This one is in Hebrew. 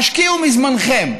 השקיעו מזמנכם,